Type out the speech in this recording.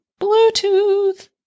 Bluetooth